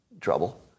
trouble